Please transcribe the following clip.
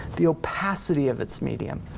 the opacity of its medium.